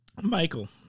michael